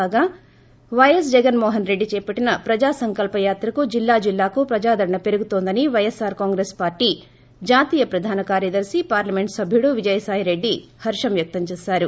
కాగా వైఎస్ జగన్ మోహన్రెడ్డి చేపట్టిన ప్రజా సంకల్పయాత్రకు జల్లా జిల్లాకు ప్రజాదరణ పెరుగుతోందని పైఎస్పార్ కాంగ్రెస్ పార్టీ జాతీయ ప్రధాన కార్యదర్ని పార్లమెంట్ సభ్యడు విజయసాయి రెడ్డి హర్షం వ్యక్తం చేశారు